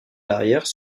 l’arrière